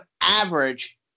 average